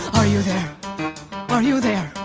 are you. are you there?